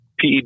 PED